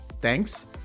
Thanks